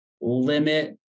limit